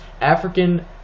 African